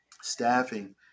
staffing